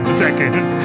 second